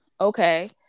Okay